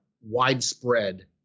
widespread